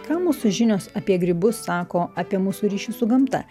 ką mūsų žinios apie grybus sako apie mūsų ryšius su gamta